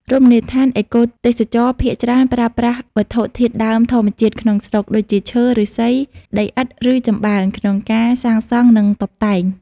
រមណីយដ្ឋានអេកូទេសចរណ៍ ភាគច្រើនប្រើប្រាស់វត្ថុធាតុដើមធម្មជាតិក្នុងស្រុក ដូចជាឈើ ឫស្សី ដីឥដ្ឋ ឬចំបើង ក្នុងការសាងសង់និងតុបតែង។